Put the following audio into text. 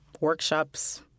workshops